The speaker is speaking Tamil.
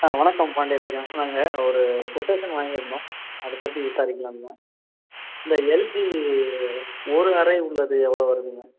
ஆ வணக்கம் பாண்டியராஜன் நாங்கள் ஒரு கொட்டேஷன் வாங்கியிருந்தோம் அதைப் பற்றி விசாரிக்கலாம்னு தான் இந்த எல்ஜி ஒரு அறை உள்ளது எவ்வளோ வருதுங்க